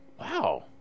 wow